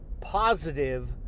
positive